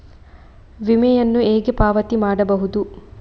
ವಿಮೆಯನ್ನು ಹೇಗೆ ಪಾವತಿ ಮಾಡಬಹುದು?